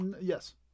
Yes